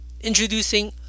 Introducing